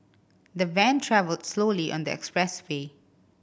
the van travelled slowly on the expressway